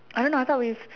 I don't know I thought we've